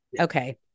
Okay